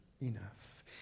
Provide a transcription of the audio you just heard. enough